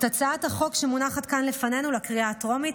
הצעת החוק שמונחת כאן לפנינו לקריאה הטרומית,